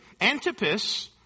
Antipas